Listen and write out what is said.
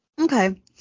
Okay